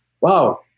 wow